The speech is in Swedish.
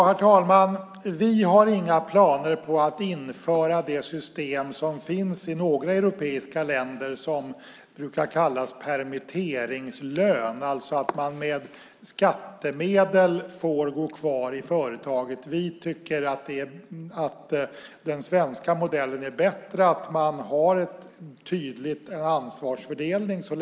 Herr talman! Vi har inga planer på att införa det system som finns i några europeiska länder och brukar kallas permitteringslön, alltså att man med skattemedel får gå kvar i företaget. Vi tycker att den svenska modellen med en tydlig ansvarsfördelning är bättre.